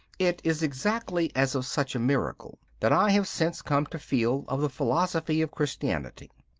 it is exactly as of such a miracle that i have since come to feel of the philosophy of christianity.